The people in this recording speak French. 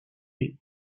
est